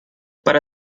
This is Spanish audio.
para